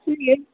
ಹ್ಞೂ ಹೇಳಿ